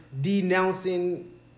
denouncing